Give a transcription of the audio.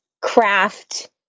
craft